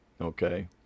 okay